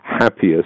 happiest